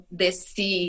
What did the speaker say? desse